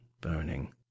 burning